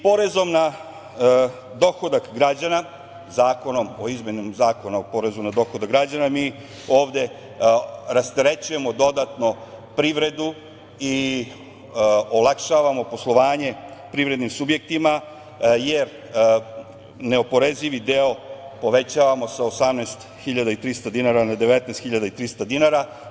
Porezom na dohodak građana, Zakonom o izmenama Zakona o porezu na dohodak građana, mi ovde rasterećujemo dodatno privredu i olakšavamo poslovanje privrednim subjektima, jer neoporezivi deo povećavamo sa 18.300 dinara na 19.300 dinara.